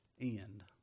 end